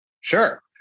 Sure